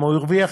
כי הוא הרוויח,